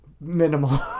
minimal